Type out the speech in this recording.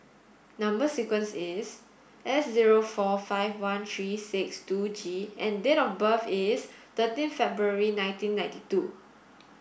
number sequence is S zero four five one three six two G and date of birth is thirteen February nineteen ninety two